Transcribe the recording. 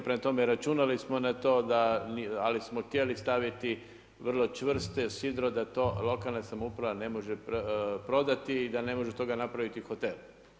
Prema tome, računali smo na to, ali smo htjeli staviti vrlo čvrsto sidro da to lokalna samouprava ne može prodati i da ne može od toga napraviti hotel.